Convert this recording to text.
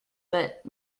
but